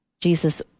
Jesus